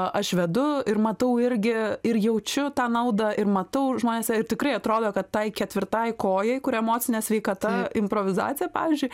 aš vedu ir matau irgi ir jaučiu tą naudą ir matau žmonėse ir tikrai atrodo kad tai ketvirtai kojai kur emocinė sveikata improvizacija pavyzdžiui